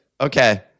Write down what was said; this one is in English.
Okay